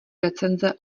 recenze